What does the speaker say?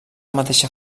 mateixa